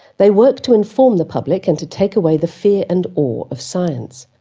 they work to inform the public and to take away the fear and awe of science,